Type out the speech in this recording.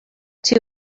two